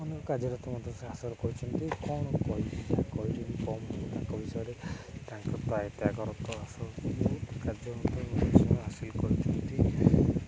ଅନେକ କାର୍ଯ୍ୟରତ ମଧ୍ୟ ସେ ହାସଲ କରିଛନ୍ତି କଣ କହିବି ଯାହା କହିଲେ ବି କମ ତାଙ୍କ ବିଷୟରେ ତାଙ୍କ ପ୍ରାୟ ତ୍ୟାଗରତ ହାସଲ କର କାର୍ଯ୍ୟ ମଧ୍ୟ ହାସଲ କରିଛନ୍ତି